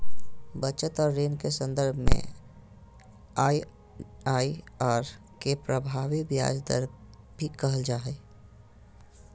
बचत और ऋण के सन्दर्भ में आइ.आइ.आर के प्रभावी ब्याज दर भी कहल जा हइ